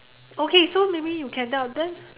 okay so maybe you can tell then